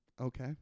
Okay